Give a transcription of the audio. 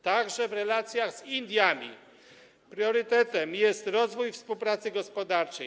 Także w relacjach z Indiami priorytetem jest rozwój współpracy gospodarczej.